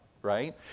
Right